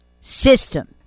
system